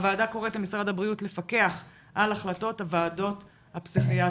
הוועדה קוראת למשרד הבריאות לפקח על החלטות הוועדות הפסיכיאטריות.